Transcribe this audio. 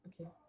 okay